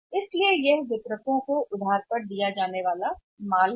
तो हमें यह प्राप्त करना है वितरकों को माल क्रेडिट पर दिया जाता है